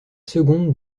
seconde